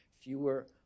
fewer